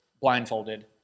blindfolded